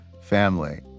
family